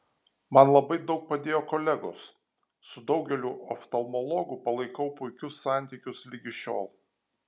man labai daug padėjo kolegos su daugeliu oftalmologų palaikau puikius santykius ligi šiol